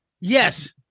Yes